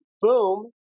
Boom